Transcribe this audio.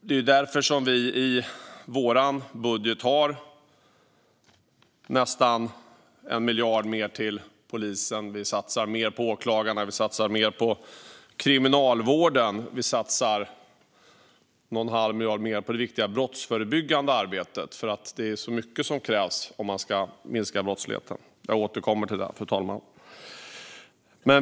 Det är därför som vi i vår budget har nästan 1 miljard mer till polisen. Vi satsar mer på åklagarna och kriminalvården och en halv miljard mer på det viktiga brottsförebyggande arbetet, för det är så mycket som krävs om man ska minska brottsligheten. Jag återkommer till det, fru talman.